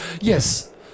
Yes